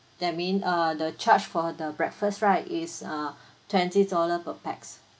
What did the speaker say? that mean err the charge for the breakfast right is uh twenty dollar per pax